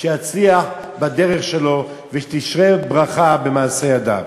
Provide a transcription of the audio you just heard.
שיצליח בדרך שלו ושתשרה ברכה במעשה ידיו.